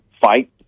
fight